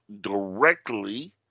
directly